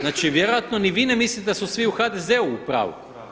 Znači vjerojatno ni vi ne mislite da su svi u HDZ-u pravu.